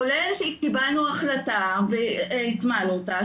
כולל שקיבלנו החלטה והטמענו אותה,